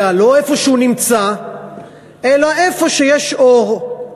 לא איפה שהוא נמצא אלא איפה שיש אור.